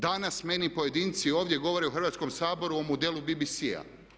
Danas meni pojedinci ovdje govore u Hrvatskom saboru o modelu BBC-a.